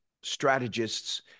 strategists